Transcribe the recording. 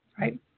right